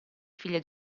figlie